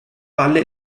valle